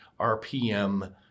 RPM